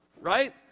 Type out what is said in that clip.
Right